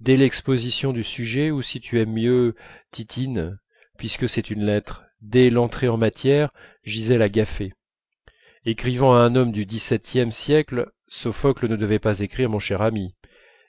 dès l'exposition du sujet ou si tu aimes mieux titine puisque c'est une lettre dès l'entrée en matière gisèle a gaffé écrivant à un homme du xviie siècle sophocle ne devait pas écrire mon cher ami